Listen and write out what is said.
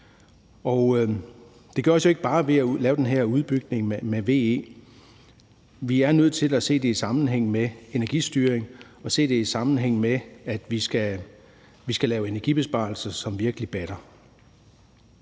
Det gøres jo ikke bare ved at lave den her udbygning med VE. Vi er nødt til også at se det i sammenhæng med energistyring og se det i sammenhæng med, at vi skal lave energibesparelser, som virkelig batter.